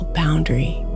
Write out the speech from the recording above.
boundary